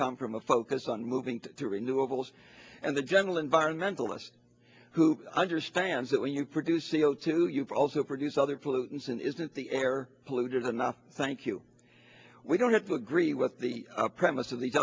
come from a focus on moving through renewables and the general environmentalist who understands that when you produce c o two you've also produced other pollutants and isn't the air polluted enough thank you we don't have to agree with the premise of these